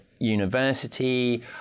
university